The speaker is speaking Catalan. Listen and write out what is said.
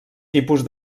tipus